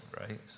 right